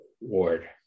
ward